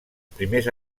primers